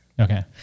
Okay